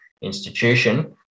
institution